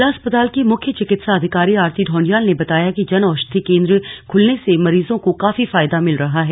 जिला अस्पताल की मुख्य चिकित्सा अधिकारी आरती ढ़ोंडियाल ने बताया कि जन औशधि केन्द्र खूलने से मरीजों को काफी फायदा मिला है